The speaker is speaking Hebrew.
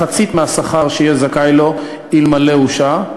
מחצית מהשכר שהיה זכאי לו אלמלא הושעה,